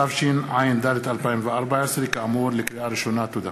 התשע"ד 2014. תודה.